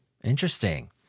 Interesting